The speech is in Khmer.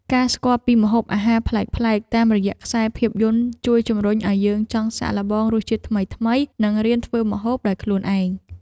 ការស្គាល់ពីម្ហូបអាហារប្លែកៗតាមរយៈខ្សែភាពយន្តជួយជំរុញឱ្យយើងចង់សាកល្បងរសជាតិថ្មីៗនិងរៀនធ្វើម្ហូបដោយខ្លួនឯង។